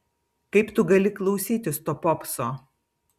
kaip tu gali klausytis to popso